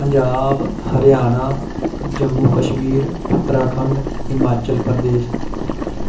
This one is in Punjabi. ਪੰਜਾਬ ਹਰਿਆਣਾ ਜੰਮੂ ਕਸ਼ਮੀਰ ਉੱਤਰਾਖੰਡ ਹਿਮਾਚਲ ਪ੍ਰਦੇਸ਼